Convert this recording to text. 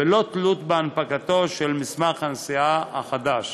בלא תלות בהנפקת מסמך נסיעה חדש.